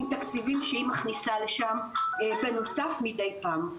עם תקציבים שהיא מכניסה לשם בנוסף מידי פעם,